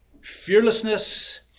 fearlessness